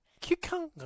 Cucumber